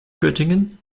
göttingen